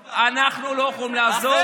אנחנו לא יכולים לעזור לעלייה מצרפת.